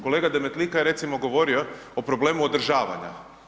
Kolega Demetlika je recimo govorio o problemu održavanja.